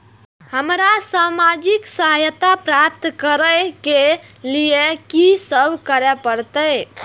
हमरा सामाजिक सहायता प्राप्त करय के लिए की सब करे परतै?